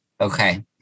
okay